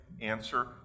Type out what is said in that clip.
answer